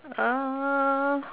uh